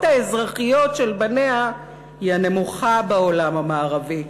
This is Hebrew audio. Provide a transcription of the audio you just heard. האזרחיות של בניה היא הנמוכה בעולם המערבי.